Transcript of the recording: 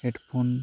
headphone